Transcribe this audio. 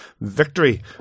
victory